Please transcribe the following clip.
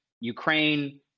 Ukraine